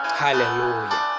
hallelujah